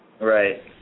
Right